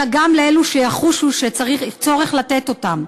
אלא גם לאלו שיחושו צורך לתת אותם.